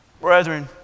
Brethren